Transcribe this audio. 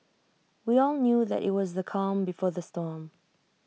we all knew that IT was the calm before the storm